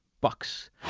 Bucks